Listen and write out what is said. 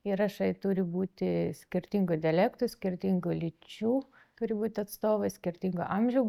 įrašai turi būti skirtingų dialektų skirtingų lyčių turi būti atstovai skirtingų amžių